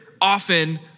often